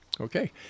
okay